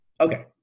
Okay